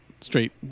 straight